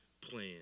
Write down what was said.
plan